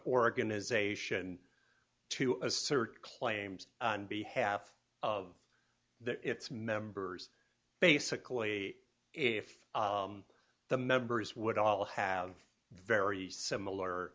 organisation to assert claims to be half of that its members basically if the members would all have very similar